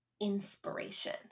inspiration